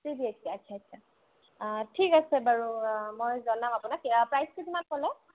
three বিএইছকে আচ্ছা আচ্ছ ঠিক আছে বাৰু মই জনাম আপোনাক প্ৰাইচটো কিমান ক'লে